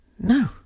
No